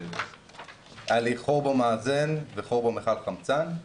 היה לי חור במאזן וחור במיכל החמצן,